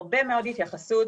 יש הרבה מאוד התייחסות,